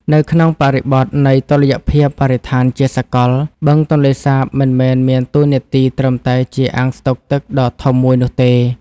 នៅក្នុងបរិបទនៃតុល្យភាពបរិស្ថានជាសកល បឹងទន្លេសាបមិនមែនមានតួនាទីត្រឹមតែជាអាងស្តុកទឹកដ៏ធំមួយនោះទេ។